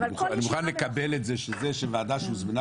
אני מוכן לקבל את זה שזה שוועדה שהוזמנה